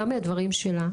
גם מהדברים שלה,